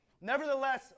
nevertheless